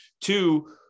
Two